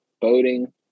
boating